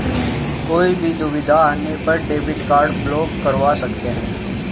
कोई भी दुविधा आने पर डेबिट कार्ड ब्लॉक करवा सकते है